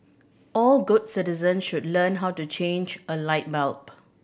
all good citizens should learn how to change a light bulb